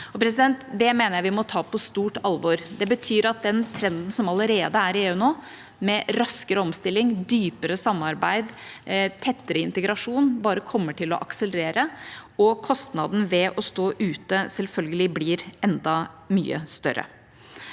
oppgavene. Det mener jeg vi må ta på stort alvor. Det betyr at den trenden som allerede er i EU nå – med raskere omstilling, dypere samarbeid, tettere integrasjon – bare kommer til å akselerere, og kostnaden ved å stå ute blir selvfølgelig enda mye større.